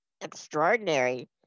extraordinary